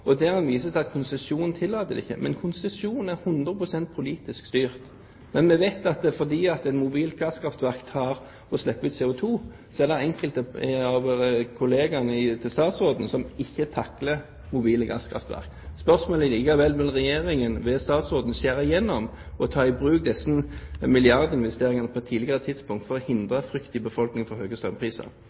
viser til at konsesjonen ikke tillater det, men konsesjonen er hundre prosent politisk styrt. Vi vet at fordi et mobilt gasskraftverk slipper ut CO2, er det enkelte av kollegene til statsråden som ikke takler mobile gasskraftverk. Spørsmålet er likevel: Burde Regjeringen ved statsråden skjære gjennom og ta i bruk disse milliardinvesteringene på et tidligere tidspunkt for å hindre